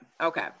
Okay